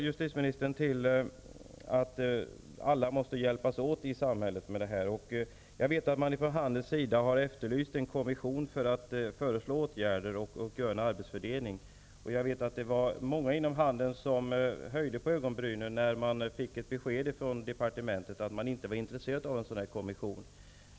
Justitieministern hänvisar till att alla i samhället måste hjälpas åt med detta. Jag vet att man från handelns sida har efterlyst en kommission som kan föreslå åtgärder och göra en arbetsfördelning, och jag vet att många inom handeln höjde på ögonbrynen när departementet meddelade att man inte var intresserad av en sådan kommission.